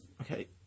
Okay